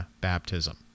baptism